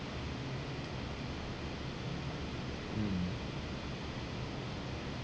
mm